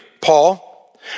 Paul